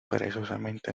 perezosamente